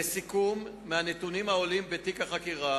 לסיכום, מהנתונים העולים מתיק החקירה